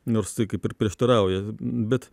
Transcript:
nors tai kaip ir prieštarauja bet